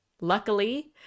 luckily